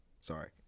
Sorry